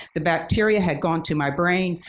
the bacteria had gone to my brain,